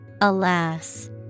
alas